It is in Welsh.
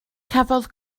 cafodd